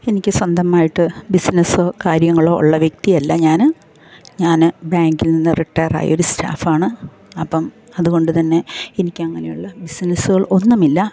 എനിക്ക് സ്വന്തമായിട്ട് ബിസിനസ്സോ കാര്യങ്ങളോ ഉള്ള വ്യക്തി അല്ല ഞാൻ ഞാൻ ബാങ്കിൽനിന്ന് റിട്ടയർ ആയ ഒരു സ്റ്റാഫ് ആണ് അപ്പം അതുകൊണ്ട് തന്നെ എനിക്ക് അങ്ങനെയുള്ള ബിസിനസ്സുകൾ ഒന്നുമില്ല